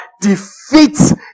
defeats